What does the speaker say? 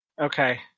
Okay